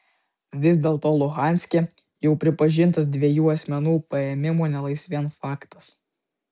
vis dėlto luhanske jau pripažintas dviejų asmenų paėmimo nelaisvėn faktas